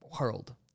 World